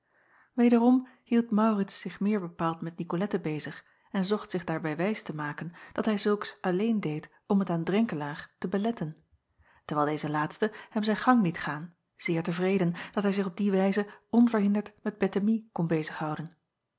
ederom hield aurits zich meer bepaald met icolette bezig en zocht zich daarbij wijs te maken dat hij zulks alleen deed om het aan renkelaer te beletten terwijl deze laatste hem zijn gang liet gaan zeer tevreden dat hij zich op die wijze onverhinderd met ettemie kon